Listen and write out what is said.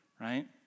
right